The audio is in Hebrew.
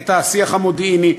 את השיח המודיעיני,